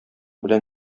белән